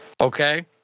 Okay